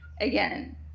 again